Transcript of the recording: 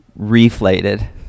reflated